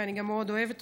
ואני גם מאוד אוהבת אותו.